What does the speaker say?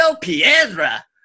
Piedra